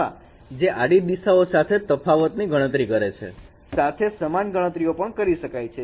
આમાં જે આડી દિશાઓ સાથે તફાવત ની ગણતરી કરે છે સાથે સમાન ગણતરીઓ પણ કરી શકાય છે